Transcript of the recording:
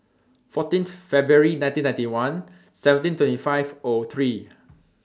fourteen Feb nineteen ninety one seventeen twenty five O three